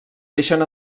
deixen